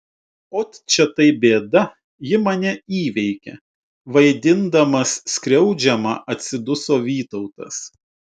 ot čia tai bėda ji mane įveikia vaidindamas skriaudžiamą atsiduso vytautas